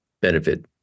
benefit